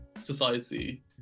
society